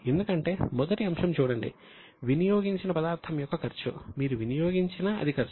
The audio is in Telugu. ఎందుకంటే మొదటి అంశం చూడండి వినియోగించిన పదార్థం యొక్క ఖర్చు మీరు వినియోగించినా అది ఖర్చు